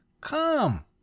come